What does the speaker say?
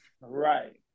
right